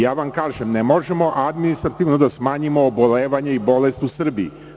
Ja vam kažem, ne možemo administrativno da smanjimo obolevanje i bolest u Srbiji.